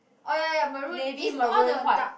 oh ya ya maroon is all the dark